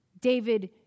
David